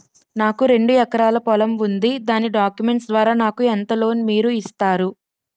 నాకు రెండు ఎకరాల పొలం ఉంది దాని డాక్యుమెంట్స్ ద్వారా నాకు ఎంత లోన్ మీరు ఇస్తారు?